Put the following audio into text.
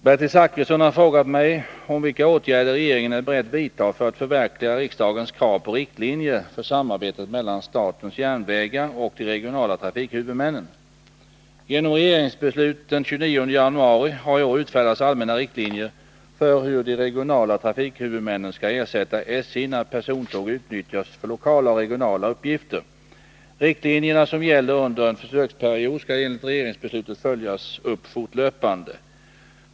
Herr talman! Bertil Zachrisson har frågat mig om vilka åtgärder regeringen är beredd att vidta för att förverkliga riksdagens krav på riktlinjer för samarbetet mellan statens järnvägar och de regionala trafikhuvudmännen. Genom regeringsbeslut den 29 januari har i år utfärdats allmänna riktlinjer för hur de regionala trafikhuvudmännen skall ersätta SJ när persontåg utnyttjas för lokala och regionala uppgifter. Riktlinjerna, som gäller under en försöksperiod, skall enligt regeringsbeslutet följas upp fortlöpande.